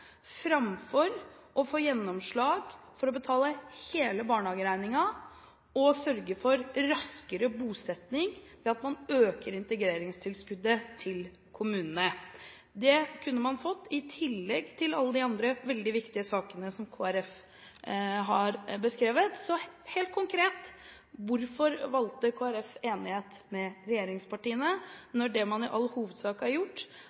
framfor å få gjennomslag for å betale hele barnehageregningen og sørge for raskere bosetting ved at man øker integreringstilskuddet til kommunene. Det kunne man fått til i tillegg til alle de andre veldig viktige sakene som Kristelig Folkeparti har beskrevet. Helt konkret: Hvorfor valgte Kristelig Folkeparti enighet med regjeringspartiene, når det man i all hovedsak har gjort,